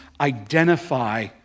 identify